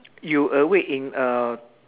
you awake in a